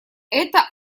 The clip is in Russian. это